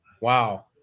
Wow